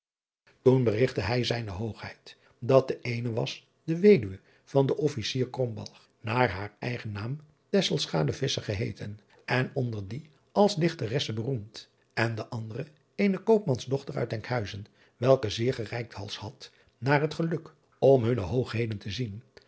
oen berigtte hij zijne oogheid dat de eene was de eduwe van den fficier naar haar eigen naam geheeten en onder dien als ichteresse beroemd en de andere eene oopmans dochter uit nkhuizen welke zeer gereikhalsd had naar het geluk om hunne oogheden te zien